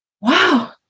wow